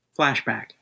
flashback